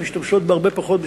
שמשתמשות בהרבה פחות,